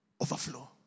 Overflow